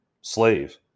Slave